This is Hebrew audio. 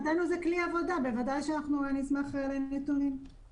היינו אצלם לפני חודש וישבנו עם תמר ורן ועם כולם באופן ספציפי לנושא